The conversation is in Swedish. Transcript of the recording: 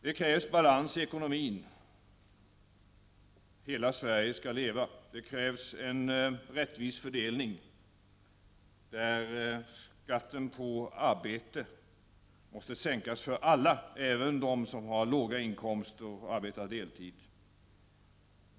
Det krävs balans i ekonomin — hela Sverige skall leva — och det krävs en rättvis fördelning som innebär att skatten på arbete sänks för alla, även för de människor som har låga löner och för de människor som arbetar deltid.